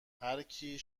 هرکی